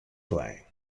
playing